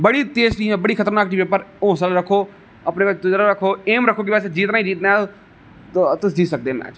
बड़ी तेज टीम ऐ बड़ी खतरनाक टीम ऐ पर हौंसला रक्खो अपने उप्पर तजुरबा रक्खो एम रक्खो कि असें जित्तना ही जित्तना ऐ ते तुस जित्ती सकदे ओ मैच